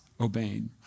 obeying